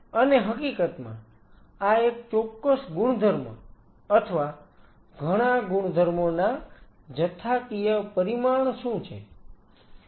અને હકીકતમાં આ એક ચોક્કસ ગુણધર્મ અથવા ઘણા ગુણધર્મોના જથ્થાકીય પરિમાણ શું છે